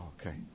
okay